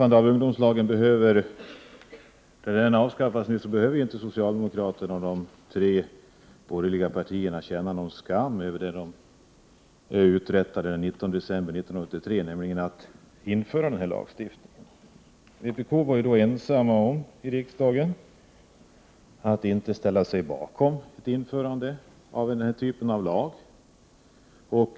När ungdomslagen avskaffas, behöver inte socialdemokraterna och de tre borgerliga partierna känna någon skam över det som de uträttade den 19 december 1983, nämligen att införa den här lagen. Vpk var i riksdagen då ensamt om att inte ställa sig bakom ett införande av denna typ av lag.